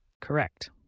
Correct